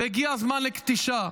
והגיע הזמן לכתישה.